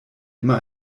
immer